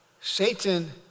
satan